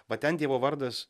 va ten dievo vardas